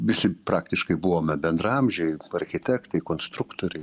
visi praktiškai buvome bendraamžiai architektai konstruktoriai